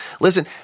listen